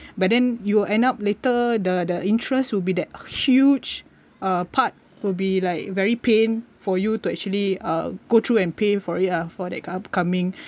but then you will end up later the the interest will be the huge uh part will be like very pain for you to actually uh go through and pay for it ah for the upcoming